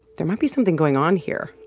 there might be something going on here